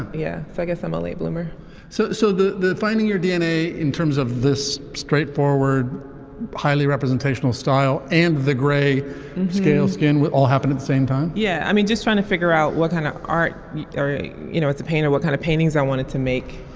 yeah so i guess i'm a late bloomer so. so the the finding your dna in terms of this straightforward highly representational style and the gray scale skin will all happen at the same time yeah. i mean just trying to figure out what kind of art area you know it's the painter what kind of paintings i wanted to make.